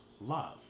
love